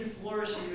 flourishing